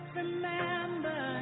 remember